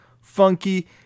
funky